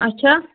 اچھا